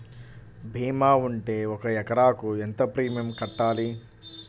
భీమా ఉంటే ఒక ఎకరాకు ఎంత ప్రీమియం కట్టాలి?